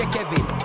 Kevin